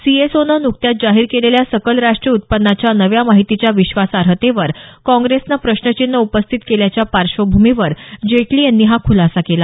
C S O नं नुकत्याच जाहीर केलेल्या सकल राष्ट्रीय उत्पन्नाच्या नव्या माहितीच्या विश्वासार्हतेवर काँग्रेसनं प्रश्नचिन्हं उपस्थित केल्याच्या पार्श्वभूमीवर जेटली यांनी हा खुलासा केला